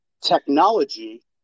technology